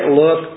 look